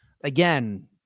Again